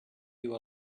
you